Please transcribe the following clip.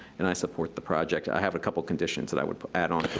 and i support the project. i have a couple of conditions that i would add um